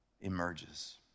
emerges